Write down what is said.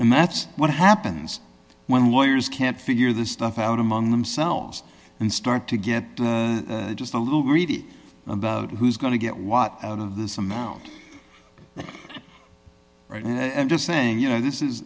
and that's what happens when lawyers can't figure this stuff out among themselves and start to get just a little worried about who's going to get what out of this amount right and i'm just saying you know this is